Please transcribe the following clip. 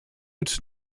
its